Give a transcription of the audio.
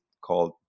called